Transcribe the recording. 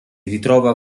ritrova